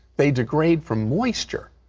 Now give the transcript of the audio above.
they degrade from moisture.